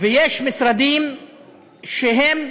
יש משרדים שהם,